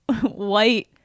white